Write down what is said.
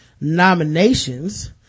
nominations